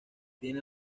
tiene